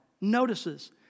notices